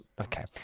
Okay